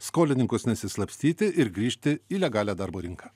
skolininkus nesislapstyti ir grįžti į legalią darbo rinką